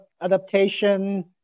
adaptation